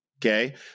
Okay